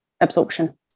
absorption